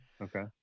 okay